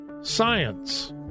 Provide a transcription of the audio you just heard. science